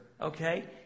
okay